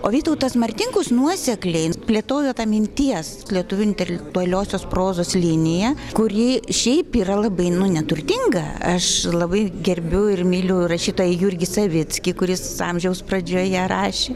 o vytautas martinkus nuosekliai plėtojo tą minties lietuvių intelektualiosios prozos liniją kuri šiaip yra labai nu neturtinga aš labai gerbiu ir myliu rašytoją jurgį savickį kuris amžiaus pradžioje rašė